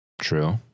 True